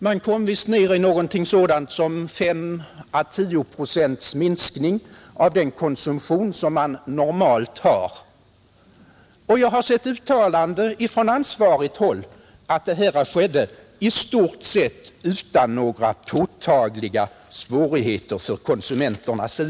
Man kom visst ner till något sådant som 5 å 10 procents minskning av den normala konsumtionen. Jag har också sett uttalanden från ansvarigt håll om att detta skedde i stort sett utan några påtagliga svårigheter för konsumenterna.